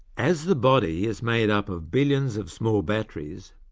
as the body is made up of billions of small batteries,